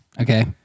Okay